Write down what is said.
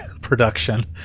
production